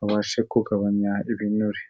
babashe kugabanya ibinure.